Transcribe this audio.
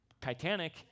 Titanic